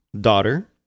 daughter